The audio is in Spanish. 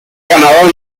ganador